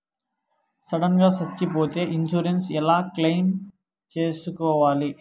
Sudden గా సచ్చిపోతే insurance ఎలా క్లెయిమ్ సేసుకోవాలి?